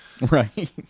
Right